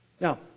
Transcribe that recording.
Now